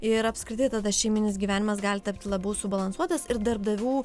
ir apskritai tada šeiminis gyvenimas gali tapti labiau subalansuotas ir darbdavių